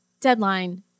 deadline